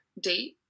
date